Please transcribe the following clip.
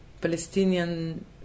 Palestinian